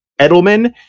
Edelman